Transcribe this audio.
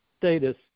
status